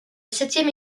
septième